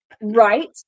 right